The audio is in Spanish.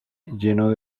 lleno